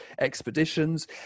expeditions